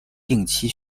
定期